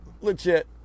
legit